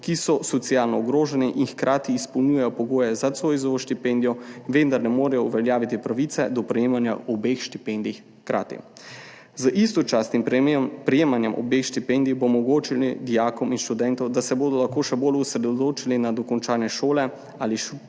ki so socialno ogroženi in hkrati izpolnjujejo pogoje za Zoisovo štipendijo, vendar ne morejo uveljaviti pravice do prejemanja obeh štipendij hkrati. Z istočasnim prejemanjem obeh štipendij bi omogočili dijakom in študentom, da se bodo lahko še bolj osredotočili na dokončanje šole ali študija,